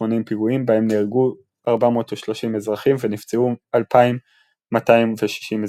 פיגועים בהם נהרגו 430 אזרחים ונפצעו 2,260 אזרחים.